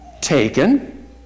taken